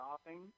stopping